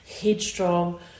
headstrong